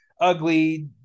ugly